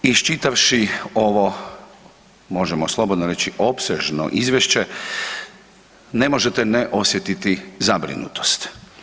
Iščitavši ovo možemo slobodno reći opsežno izvješće ne možete ne osjetiti zabrinutost.